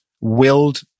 willed